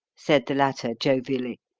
said the latter jovially,